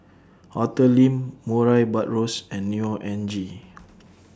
Arthur Lim Murray Buttrose and Neo Anngee